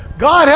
God